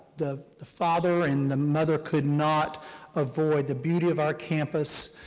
the the father and the mother could not avoid the beauty of our campus,